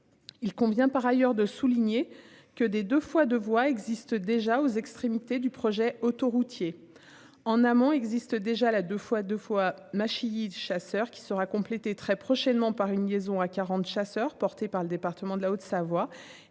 Il convient par ailleurs de souligner que des 2 fois 2 voies existent déjà aux extrémités du projet autoroutier. En amont, existe déjà, la deux fois deux fois machine chasseurs qui sera complétée très prochainement par une liaison à 40 chasseurs porté par le département de la Haute-Savoie